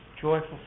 joyful